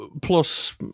plus